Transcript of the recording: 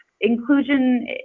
Inclusion